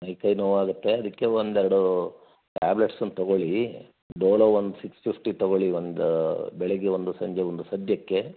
ಮೈ ಕೈ ನೋವು ಆಗುತ್ತೆ ಅದಕ್ಕೆ ಒಂದು ಎರಡು ಟ್ಯಾಬ್ಲೆಟ್ಸನ್ನು ತಗೊಳ್ಳಿ ಡೊಲೊ ಒಂದು ಸಿಕ್ಸ್ ಫಿಫ್ಟಿ ತಗೊಳ್ಳಿ ಒಂದು ಬೆಳಗ್ಗೆ ಒಂದು ಸಂಜೆ ಒಂದು ಸದ್ಯಕ್ಕೆ